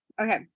Okay